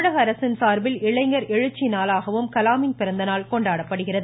தமிழகஅரசின் சார்பில் இளைஞர் எழுச்சிநாளாகவும் கலாமின் பிறந்தநாள் கொண்டாடப்படுகிறது